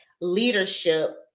leadership